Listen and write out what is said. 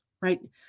right